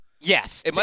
Yes